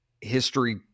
history